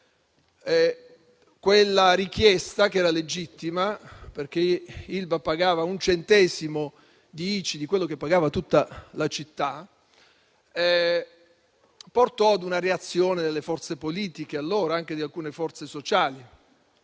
Quella richiesta che era legittima, perché Ilva pagava un centesimo di ICI di quello che pagava tutta la città, portò allora a una reazione delle forze politiche e anche di alcune forze sociali.